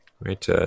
right